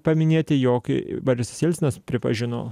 paminėti jog borisas jelcinas pripažino